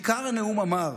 עיקר הנאום אמר,